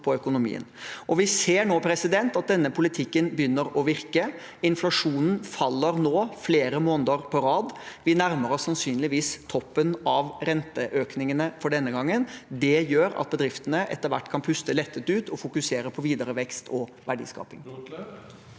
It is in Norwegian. på økonomien. Vi ser nå at denne politikken begynner å virke. Inflasjonen har nå falt flere måneder på rad. Vi nærmer oss sannsynligvis toppen av renteøkningene for denne gangen. Det gjør at bedriftene etter hvert kan puste lettet ut og fokusere på videre vekst og verdiskaping.